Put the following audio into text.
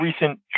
recent